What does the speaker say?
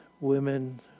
women